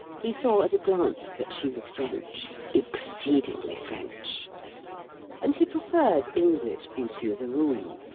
he saw at a glance that she was french exceedingly french and he preferred english beauty, as a rule.